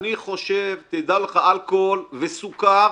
תדע לך, אלכוהול וסוכר,